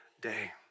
day